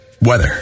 Weather